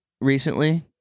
Recently